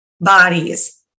bodies